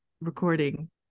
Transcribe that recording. recording